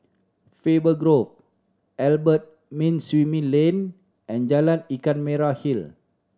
Faber Grove Albert Winsemius Lane and Jalan Ikan Merah Hill